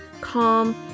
calm